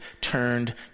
turned